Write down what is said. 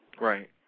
Right